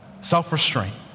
Self-restraint